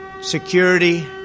security